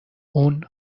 اون